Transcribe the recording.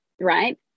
right